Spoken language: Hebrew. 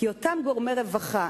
כי אותם גורמי רווחה,